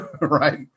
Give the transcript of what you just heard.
right